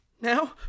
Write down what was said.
Now